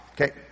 Okay